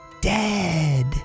dead